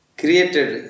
created